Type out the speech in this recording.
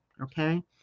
Okay